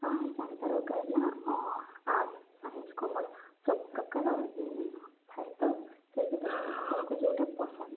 ଜାଣିପାରବ କାହିଁକି ନା art science commerce ସବୁ ପ୍ରକାର ଥାଏ ତ ସେଥି ତୁମେ ତୁମକୁ ଯୋଉଟା ପସନ୍ଦ